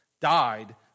died